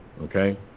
Okay